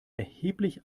erheblich